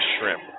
shrimp